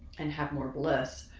and have more bliss,